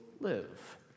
live